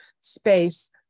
space